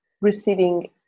receiving